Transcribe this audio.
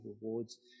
rewards